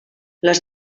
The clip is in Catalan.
les